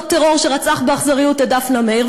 אותו טרור שרצח באכזריות את דפנה מאיר,